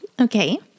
Okay